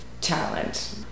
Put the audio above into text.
talent